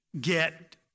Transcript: get